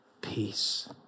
peace